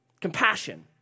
Compassion